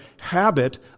habit